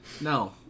no